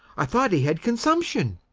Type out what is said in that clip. i thought he had consumption.